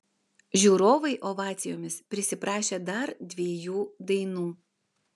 žiūrovai ovacijomis prisiprašė dar dviejų dainų